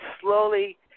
slowly